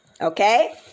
Okay